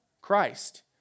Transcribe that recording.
Christ